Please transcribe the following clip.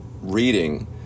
reading